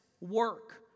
work